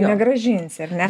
negrąžinsi ar ne